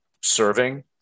serving